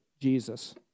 Jesus